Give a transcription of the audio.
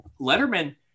Letterman